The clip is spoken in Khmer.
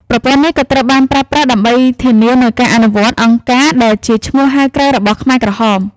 ប្រព័ន្ធនេះក៏ត្រូវបានប្រើប្រាស់ដើម្បីធានានូវការអនុវត្ត "អង្គការ" ដែលជាឈ្មោះហៅក្រៅរបស់ខ្មែរក្រហម។